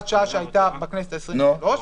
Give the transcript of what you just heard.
הוראת השעה שהייתה בכנסת ה-23,